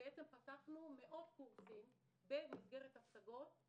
בעצם פתחנו מאות קורסים במסגרת מרכזי פסג"ה (פיתוח סגלי הוראה),